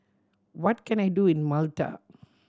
what can I do in Malta